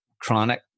chronic